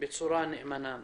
בצורה נאמנה.